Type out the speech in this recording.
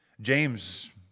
James